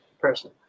person